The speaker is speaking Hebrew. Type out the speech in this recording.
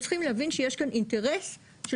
יכול להיות שצריך לתת לזה איזה שהוא ביטוי.